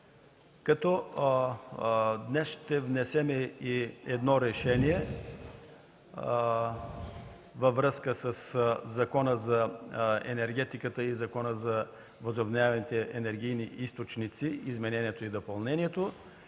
като днес ще внесем и едно Проекторешение във връзка със Закона за енергетиката и Закона за възобновяемите енергийни източници – изменението и допълнението,